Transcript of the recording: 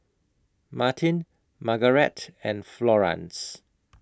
Martin Margarete and Florance